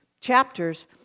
chapters